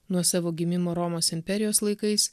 nuo savo gimimo romos imperijos laikais